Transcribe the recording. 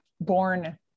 born